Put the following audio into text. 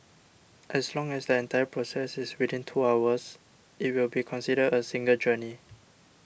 as long as the entire process is within two hours it will be considered a single journey